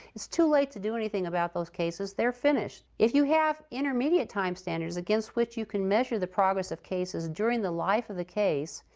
it's too late to do anything about those cases. they're finished. if you have intermediate time standards against which you can measure the progress of cases during the life of the case,